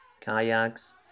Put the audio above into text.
kayaks